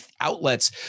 outlets